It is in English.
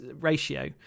ratio